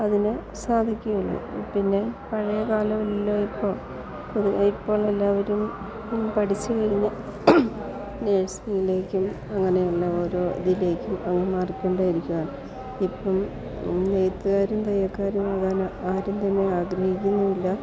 അതിന് സാധിക്കുകയുള്ളു പിന്നെ പഴയകാലം ഇല്ലായിപ്പോൾ പൊതുവായതുപോലെ എല്ലാവരും പഠിച്ചു കഴിഞ്ഞ് നേഴ്സിങ്ങിലേക്കും അങ്ങനെയുള്ള ഓരോ ഇതിലേക്കും മാറിക്കൊണ്ടേ ഇരിക്കുകണ് ഇപ്പം നെയ്ത്തുകാരും തയ്യൽക്കാരുമാവാൻ ആരും തന്നെ ആഗ്രഹിക്കിന്നില്ല